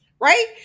right